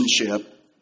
relationship